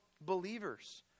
believers